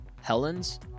Helens